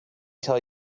tell